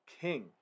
king